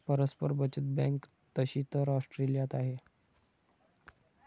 परस्पर बचत बँक तशी तर ऑस्ट्रेलियात आहे